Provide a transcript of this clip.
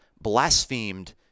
blasphemed